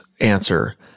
answer